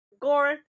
gore